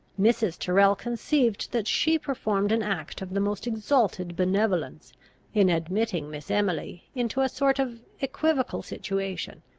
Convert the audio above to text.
mrs. tyrrel conceived that she performed an act of the most exalted benevolence in admitting miss emily into a sort of equivocal situation,